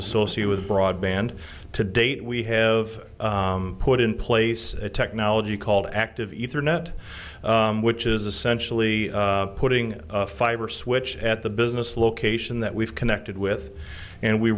associate with broadband to date we have put in place a technology called active ether net which is essentially putting a fiber switch at the business location that we've connected with and we